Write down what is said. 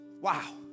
Wow